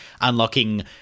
unlocking